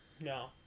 no